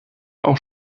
auch